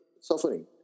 suffering